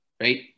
Right